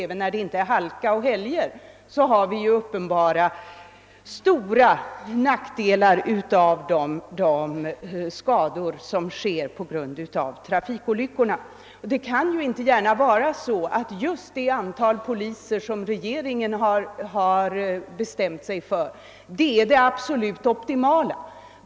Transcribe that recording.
Även när det inte är halka och helg medför ju de skador som uppstår på grund av trafikolyckorna stora nackdelar. Det kan ju inte gärna vara så att just det antal poliser som regeringen bestämt sig för är det absolut optimala.